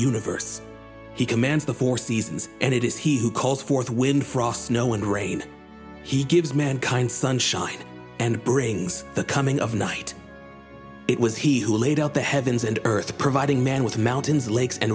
universe he commands the four seasons and it is he who calls forth when frost snow and rain he gives mankind sunshine and brings the coming of night it was he who laid out the heavens and earth providing man with mountains lakes and